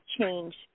change